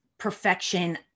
Perfection